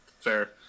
fair